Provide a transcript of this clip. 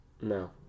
No